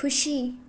खुसी